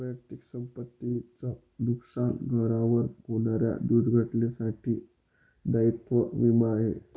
वैयक्तिक संपत्ती च नुकसान, घरावर होणाऱ्या दुर्घटनेंसाठी दायित्व विमा आहे